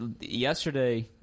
yesterday